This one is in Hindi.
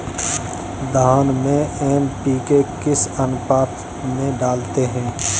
धान में एन.पी.के किस अनुपात में डालते हैं?